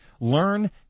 Learn